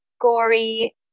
gory